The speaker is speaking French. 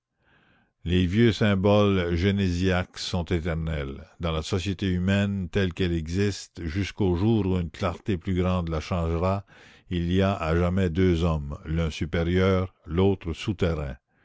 les vieux symboles génésiaques sont éternels dans la société humaine telle qu'elle existe jusqu'au jour où une clarté plus grande la changera il y a à jamais deux hommes l'un supérieur l'autre souterrain